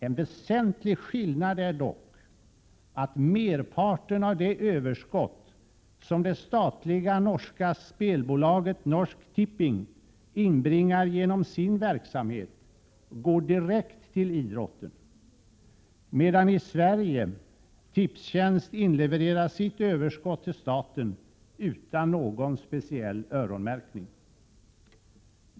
En väsentlig skillnad är dock att merparten av det överskott som det statliga norska spelbolaget, Norsk tipping, inbringar genom sin verksamhet går direkt till idrotten, medan Tipstjänst i Sverige inlevererar sitt överskott till staten utan någon speciell öronmärkning.